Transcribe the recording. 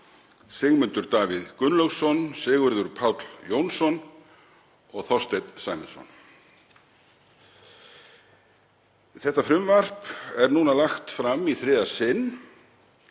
Sigmundur Davíð Gunnlaugsson, Sigurður Páll Jónsson og Þorsteinn Sæmundsson. Þetta frumvarp er núna lagt fram í þriðja sinn.